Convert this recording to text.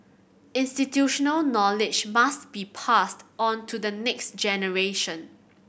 institutional knowledge must be passed on to the next generation